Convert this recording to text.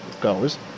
goes